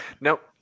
nope